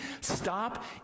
Stop